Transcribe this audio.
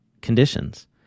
conditions